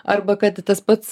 arba kad tas pats